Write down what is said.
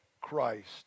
Christ